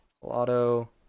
auto